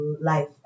life